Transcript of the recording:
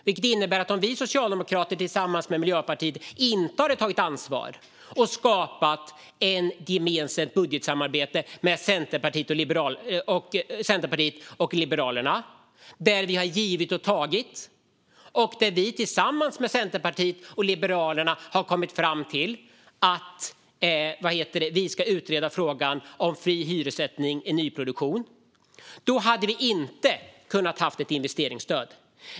Det innebär att om vi socialdemokrater tillsammans med Miljöpartiet inte hade tagit ansvar och skapat ett gemensamt budgetsamarbete med Centerpartiet och Liberalerna - där vi givit och tagit och där vi tillsammans med Centerpartiet och Liberalerna har kommit fram till att vi ska utreda frågan om fri hyressättning i nyproduktion - hade vi inte kunnat ha ett investeringsstöd.